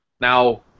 Now